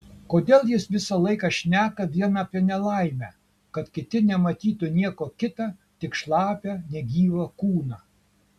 kodėl jis visą laiką šneka vien apie nelaimę kad kiti nematytų nieko kita tik šlapią negyvą kūną